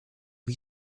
kid